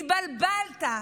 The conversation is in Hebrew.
התבלבלת.